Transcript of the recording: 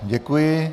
Děkuji.